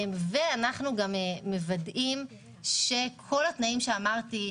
ואנחנו גם מוודאים שכל התנאים שאמרתי,